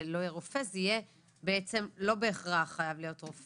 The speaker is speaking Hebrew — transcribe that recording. זה לא יהיה רופא, זה יהיה בעצם לא בהכרח רופא,